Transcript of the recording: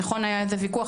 נכון היה על זה ויכוח,